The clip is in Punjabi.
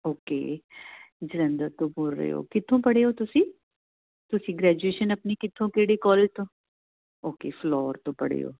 ਓਕੇ ਜਲੰਧਰ ਤੋਂ ਬੋਲ ਰਹੇ ਹੋ ਕਿੱਥੋਂ ਪੜ੍ਹੇ ਹੋ ਤੁਸੀਂ ਤੁਸੀਂ ਗ੍ਰੈਜੂਏਸ਼ਨ ਆਪਣੀ ਕਿੱਥੋਂ ਕਿਹੜੇ ਕਾਲਜ ਤੋਂ ਓਕੇ ਫਿਲੌਰ ਤੋਂ ਪੜ੍ਹੇ ਹੋ